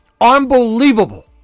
Unbelievable